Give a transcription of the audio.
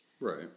right